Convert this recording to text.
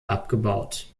abgebaut